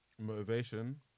Motivation